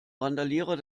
randalierer